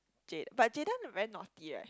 Jay~ but Jayden very naughty right